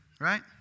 right